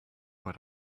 what